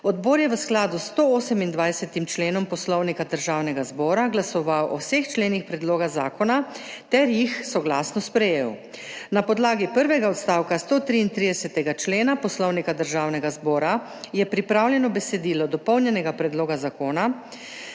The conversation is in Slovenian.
Odbor je v skladu s 128. členom Poslovnika Državnega zbora glasoval o vseh členih predloga zakona ter jih soglasno sprejel. Na podlagi prvega odstavka 133. člena Poslovnika Državnega zbora je pripravljeno besedilo dopolnjenega predloga zakona,